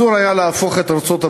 אסור היה להפוך את ארצות-הברית,